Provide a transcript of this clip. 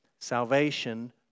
Salvation